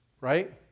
right